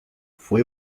fue